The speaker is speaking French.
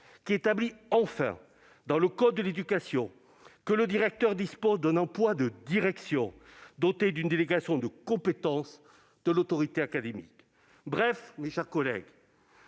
qui établit enfin, dans le code de l'éducation, que le directeur d'école occupe un emploi de direction, doté d'une délégation de compétences de l'autorité académique. En un mot, mes chers collègues,